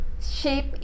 shape